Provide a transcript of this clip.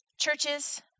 churches